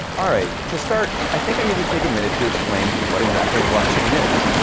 all right, to start, i think i need to take a minute to explain what exactly a blockchain is.